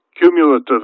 cumulative